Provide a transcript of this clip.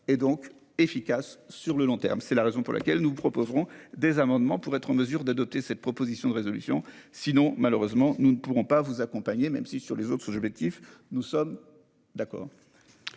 et donc efficaces sur le long terme, c'est la raison pour laquelle nous proposerons des amendements pour être en mesure d'adopter cette proposition de résolution sinon malheureusement nous ne pourrons pas vous accompagner, même si sur les autres sont. Objectif, nous sommes d'accord.